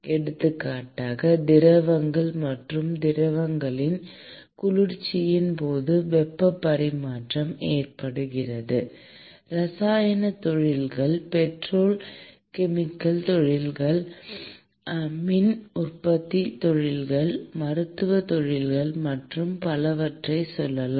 எடுத்துக்காட்டாக திரவங்கள் மற்றும் திரவங்களின் குளிர்ச்சியின் போது வெப்பப் பரிமாற்றம் ஏற்படுகிறது இரசாயனத் தொழில்கள் பெட்ரோ கெமிக்கல் தொழில்கள் மின் உற்பத்தித் தொழில்கள் மருந்துத் தொழில்கள் மற்றும் பலவற்றைச் சொல்லலாம்